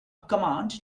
command